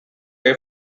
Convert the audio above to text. air